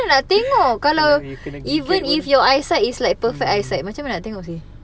macam mana nak tengok kalau even if your eyesight is like perfect eyesight macam mana nak tengok